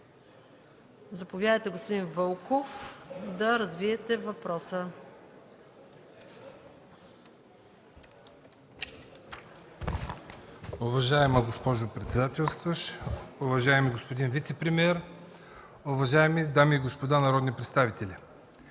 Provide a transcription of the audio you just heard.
Заповядайте, господин Вълков, да развиете въпроса.